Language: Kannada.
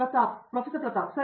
ಪ್ರತಾಪ್ ಹರಿದಾಸ್ ಸರಿ